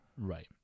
right